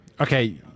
Okay